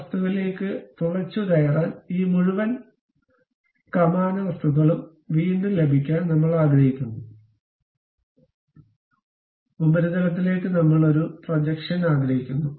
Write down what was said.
ഈ വസ്തുവിലേക്ക് തുളച്ചുകയറാൻ ഈ മുഴുവൻ കമാന വസ്തുക്കളും വീണ്ടും ലഭിക്കാൻ നമ്മൾ ആഗ്രഹിക്കുന്നു ഉപരിതലത്തിലേക്ക് നമ്മൾ ഒരു പ്രൊജക്ഷൻ ആഗ്രഹിക്കുന്നു